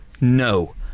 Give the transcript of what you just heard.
no